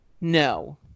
no